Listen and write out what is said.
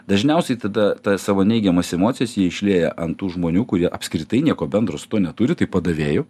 dažniausiai tada tas savo neigiamas emocijas jie išlieja ant tų žmonių kurie apskritai nieko bendro su tuo neturi tai padavėju